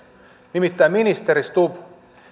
nimittäin ministeri stubb